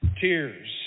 tears